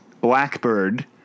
Blackbird